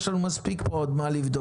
יש לנו מספיק פה עוד מה לבדוק.